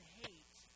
hate